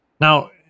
Now